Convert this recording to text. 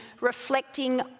reflecting